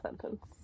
sentence